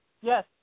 Yes